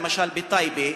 למשל בטייבה,